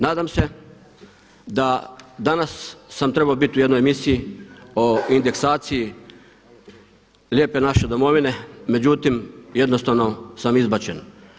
Nadam se da danas sam trebao biti u jednoj emisiji o indeksaciji lijepe naše domovine, međutim jednostavno sam izbačen.